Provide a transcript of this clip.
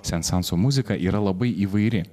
sensanso muzika yra labai įvairi